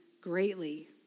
greatly